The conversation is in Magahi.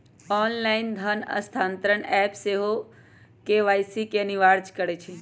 ऑनलाइन धन स्थानान्तरण ऐप सेहो के.वाई.सी के अनिवार्ज करइ छै